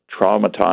traumatized